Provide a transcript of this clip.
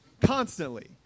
constantly